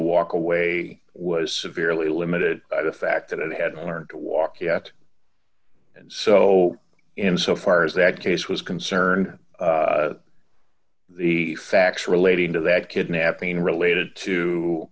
walk away was severely limited by the fact that it had learned to walk yet and so and so far as that case was concerned the facts relating to that kidnapping related to